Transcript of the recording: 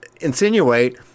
insinuate